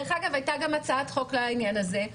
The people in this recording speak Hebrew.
אגב, היתה גם הצעת חוק לעניין הזה.